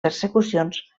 persecucions